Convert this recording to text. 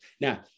Now